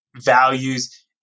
values